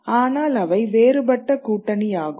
ஆனால் அவை வேறுபட்ட கூட்டணியாகும்